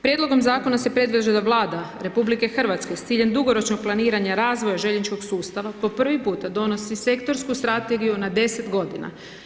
Prijedlogom zakona se predlaže da Vlada RH s ciljem dugoročnog planiranja razvoja željezničkog sustava po prvi puta donosi sektorsku strategiju na 10 godina.